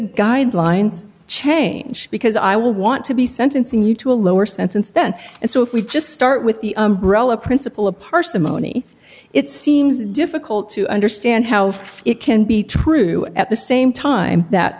guidelines change because i want to be sentencing you to a lower sentence then and so if we just start with the umbrella principle of parsimony it seems difficult to understand how it can be true at the same time that